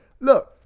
Look